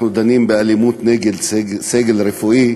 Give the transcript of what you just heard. אנחנו דנים באלימות נגד סגל רפואי,